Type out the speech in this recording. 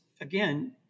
again